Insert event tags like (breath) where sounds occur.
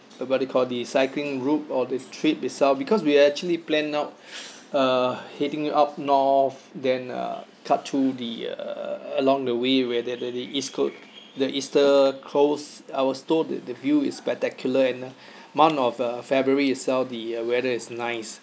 what they call the cycling group or the trip itself because we actually planned out (breath) uh heading up north then uh cut through the uh along the way where the the the east coast the eastern coast I was told the the view is spectacular and (breath) month of uh february itself the uh weather is nice